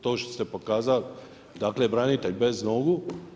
To što ste pokazali, dakle branitelj bez nogu.